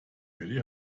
really